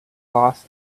lost